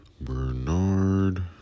Bernard